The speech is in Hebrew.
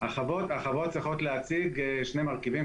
החוות צריכות להציג שני מרכיבים,